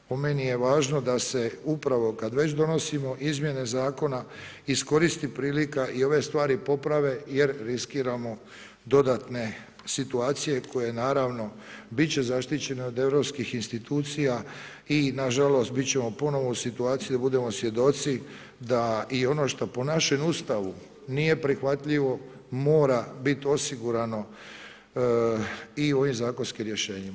Po meni je važno da se upravo kad već donosimo izmjene Zakona, iskoristi prilika i ove stvari poprave jer riskiramo dodatne situacije koje naravno, biti će zaštićene od europskih institucija i nažalost, biti ćemo ponovo u situaciji da budemo svjedoci da i ono što po našem Ustavu nije prihvatljivo, mora biti osigurano i ovim zakonskim rješenjima.